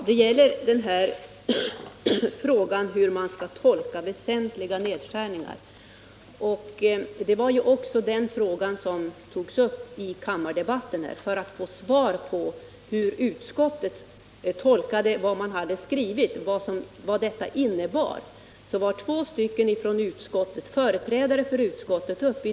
Herr talman! Frågan hur man skall tolka uttrycket ”väsentliga nedskärningar” togs upp i kammardebatten, och i den deltog, som jag tidigare sagt, två företrädare för utskottet.